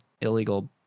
illegal